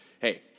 hey